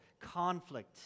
Conflict